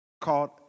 called